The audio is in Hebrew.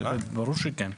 ברור שכן.